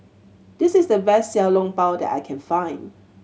this is the best Xiao Long Bao that I can find